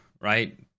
right